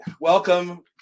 welcome